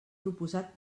proposat